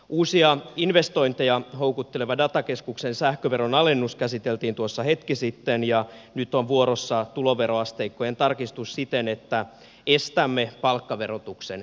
uusia investointeja houkutteleva datakeskuksen sähköveron alennus käsiteltiin tuossa hetki sitten ja nyt on vuorossa tuloveroasteikkojen tarkistus siten että estämme palkkaverotuksen kiristymisen